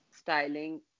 styling